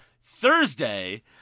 Thursday